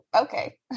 okay